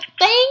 thank